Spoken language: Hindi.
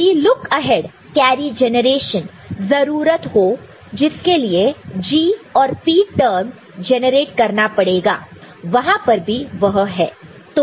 यदि लुक अहेड कैरी जेनरेशन जरूरत हो जिसके लिए G और P टर्म जेनरेट करना पड़ेगा वहां पर भी वह है